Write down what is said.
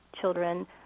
children